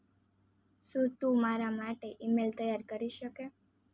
શું તું મારા માટે ઇમેલ તૈયાર કરી શકે